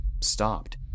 stopped